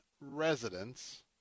residents